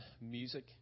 music